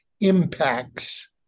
impacts